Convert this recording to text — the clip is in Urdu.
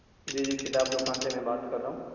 جی جی کتاب دکان سے میں بات کر رہا ہوں